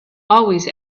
always